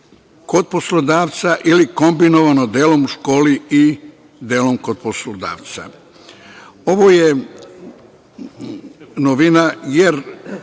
kod poslodavca ili kombinovano, delom u školi i delom kod poslodavca. Ovo je novina, jer